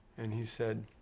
and he said,